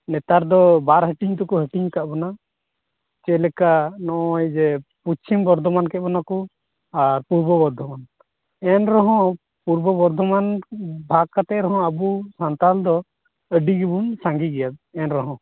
ᱱᱮᱛᱟᱨ ᱫᱚ ᱵᱟᱨ ᱦᱟ ᱴᱤᱧ ᱛᱮᱠᱚ ᱦᱟ ᱴᱤᱧ ᱠᱟᱫ ᱵᱚᱱᱟ ᱪᱮᱫᱞᱮᱠᱟ ᱱᱚᱜᱼᱚᱭ ᱡᱮ ᱯᱚᱪᱷᱤᱢ ᱵᱚᱨᱫᱷᱚᱢᱟᱱ ᱠᱮᱫ ᱵᱚᱱᱟ ᱠᱚ ᱟᱨ ᱯᱩᱨᱵᱚ ᱵᱚᱨᱫᱷᱚᱢᱟᱱ ᱮᱱᱨᱮᱦᱚᱸ ᱯᱩᱨᱵᱚ ᱵᱚᱨᱫᱷᱚᱢᱟᱱ ᱵᱷᱟᱜᱽ ᱠᱟᱛᱮᱫ ᱨᱮᱦᱚᱸ ᱟᱵᱚ ᱥᱟᱱᱛᱟᱲ ᱫᱚ ᱟ ᱰᱤ ᱜᱮᱵᱚᱱ ᱥᱟᱝᱜᱮ ᱜᱮᱭᱟ ᱮᱱᱨᱮᱦᱚᱸ